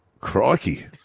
Crikey